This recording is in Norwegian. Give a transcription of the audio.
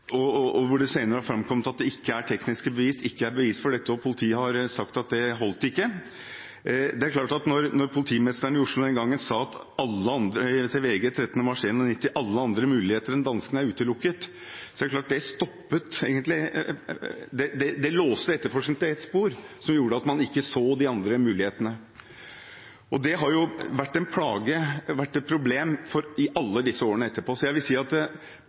dette mot ham. Politiet har sagt at det ikke holdt. Det er klart at når politimesteren i Oslo sa til VG den 13. mars 1991: «Alle andre muligheter enn dansken er utelukket», låste det etterforskningen til ett spor, noe som gjorde at man ikke så de andre mulighetene. Det har vært et problem i alle disse årene etterpå. Jeg vil si at